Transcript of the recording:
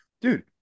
dude